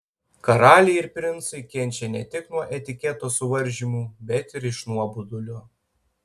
karaliai ir princai kenčia ne tik nuo etiketo suvaržymų bet ir iš nuobodulio